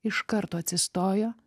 iš karto atsistojo